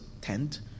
tent